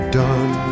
done